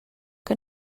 que